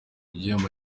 igihembo